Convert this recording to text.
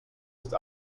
ist